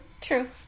true